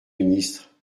ministre